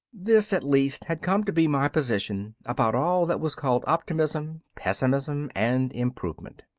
this at least had come to be my position about all that was called optimism, pessimism, and improvement.